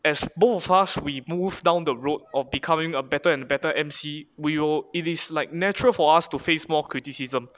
as both of us we move down the road of becoming a better and better emcee we will it is like natural for us to face more criticism